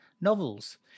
novels